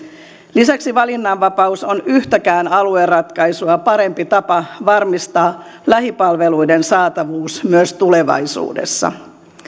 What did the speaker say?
lisäksi valinnanvapaus on yhtäkään alueratkaisua parempi tapa varmistaa lähipalveluiden saatavuus myös tulevaisuudessa